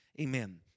Amen